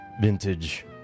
vintage